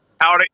Howdy